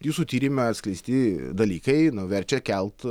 jūsų tyrime atskleisti dalykai verčia kelt